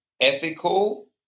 ethical